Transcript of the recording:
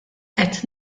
qed